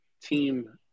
team